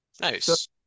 Nice